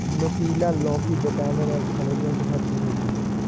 नुकीला लौकी विटामिन और खनिजों से भरपूर होती है